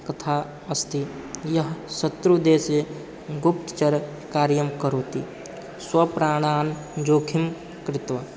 कथा अस्ति यः शत्रुदेदे गुप्तचरकार्यं करोति स्वप्राणान् जोखिं कृत्वा